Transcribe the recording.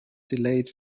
delayed